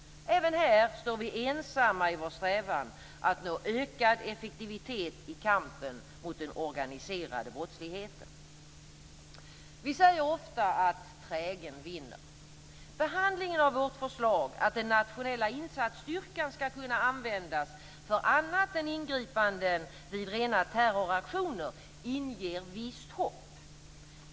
Även här står vi ensamma i vår strävan att nå ökad effektivitet i kampen mot den organiserade brottsligheten. Vi säger ofta att trägen vinner. Behandlingen av vårt förslag att den nationella insatsstyrkan skall kunna användas för annat än ingripanden vid rena terroraktioner inger visst hopp.